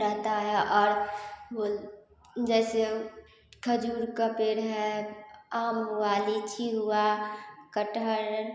रहता है और जैसे वह खजूर का पेड़ है आम हुआ लीची हुआ कटहल